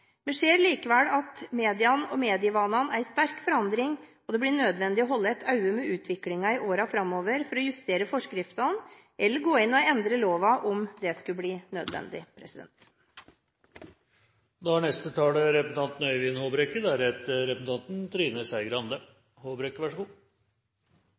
Vi ser likevel at mediene og medievanene er i sterk forandring, og det blir nødvendig å holde et øye med utviklingen i årene framover for å justere forskriftene eller gå inn og endre loven om det skulle bli nødvendig.